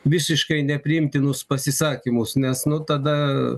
visiškai nepriimtinus pasisakymus nes nu tada